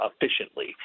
efficiently